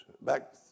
back